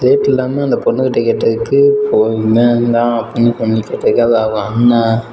late இல்லாமல் அந்த பொண்ணு கிட்டே கேட்டதுக்கு இவன் தான் சொல்லி கேட்டதுக்கு அவள் அண்ணன் நான் அப்படினு பொண்ணு கேட்டதுக்கு அது அது அண்ணன்